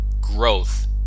growth